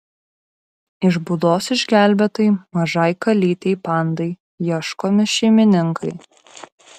iš būdos išgelbėtai mažai kalytei pandai ieškomi šeimininkai